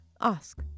ask